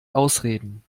ausreden